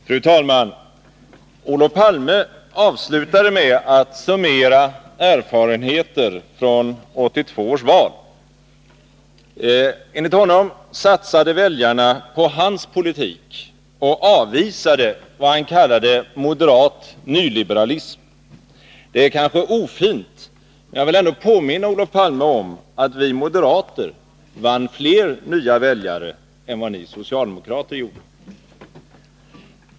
Fru talman! Olof Palme avslutade sitt inlägg med att summera erfarenheter från 1982 års val. Enligt honom satsade väljarna på hans politik och avvisade vad han kallade moderat nyliberalism. Det är kanske ofint, men jag vill ändå påminna Olof Palme om att vi moderater vann fler nya väljare än vad socialdemokraterna gjorde.